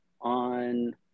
on